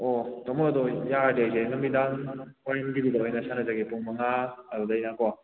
ꯑꯣ ꯇꯥꯃꯣ ꯑꯗꯣ ꯌꯥꯔꯗꯤ ꯑꯩꯁꯦ ꯅꯨꯃꯤꯗꯥꯡ ꯑꯣꯏꯅ ꯅꯨꯡꯗꯤꯟ ꯑꯣꯏꯅ ꯁꯥꯟꯅꯖꯒꯦ ꯄꯨꯡ ꯃꯉꯥ ꯑꯗꯨꯗꯩꯅꯀꯣ